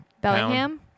Bellingham